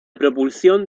propulsión